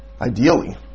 ideally